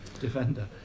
defender